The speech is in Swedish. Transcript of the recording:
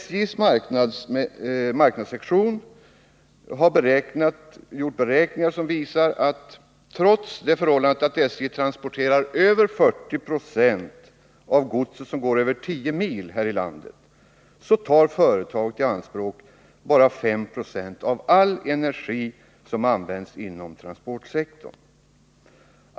SJ:s marknadssektion har gjort beräkningar som visar att trots det förhållandet, att SJ transporterar över 40 96 av det gods som går över 10 mil här i landet, tar företaget i anspråk endast 5 96 av all energi som används inom transportsektorn.